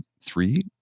Three